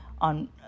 on